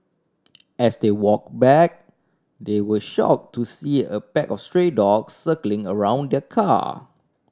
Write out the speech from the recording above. as they walk back they were shock to see a pack of stray dogs circling around their car